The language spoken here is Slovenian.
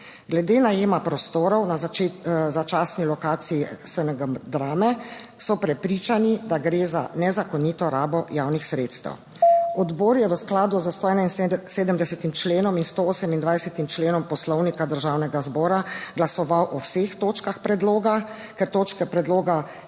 glede najema prostorov na začasni lokaciji SNG drame so prepričani, da gre za nezakonito rabo javnih sredstev. Odbor je v skladu s 171. členom in 128. členom Poslovnika Državnega zbora glasoval o vseh točkah predloga. Ker točke predloga